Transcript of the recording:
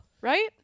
right